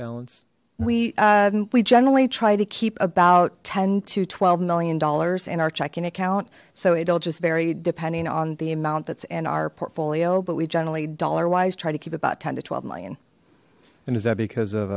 balance we we generally try to keep about ten to twelve million dollars in our checking account so it'll just vary depending on the amount that's in our portfolio but we generally dollar wise try to keep about ten to twelve million and is that because